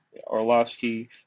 Orlovsky